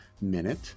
minute